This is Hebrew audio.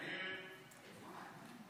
ההסתייגות לחלופין (לב) של קבוצת סיעת ש"ס,